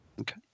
okay